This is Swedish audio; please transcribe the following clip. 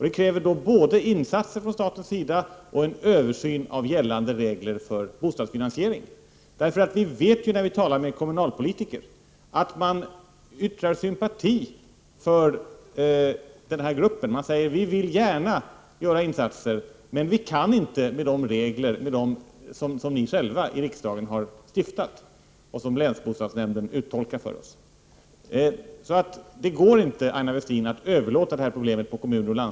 Det kräver både insatser från statens sida och en översyn av gällande regler för bostadsfinansiering. Vi vet att kommunpolitiker uttryckt sympatier för den här gruppen. De säger: Vi vill gärna göra insatser, men vi kan inte göra det med de regler som ni själva i riksdagen har infört och som länsbostadsnämnden har uttolkat för OSS. Det går inte, Aina Westin, att överlåta problemet till kommun och Prot.